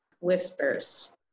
whispers